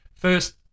First